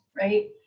right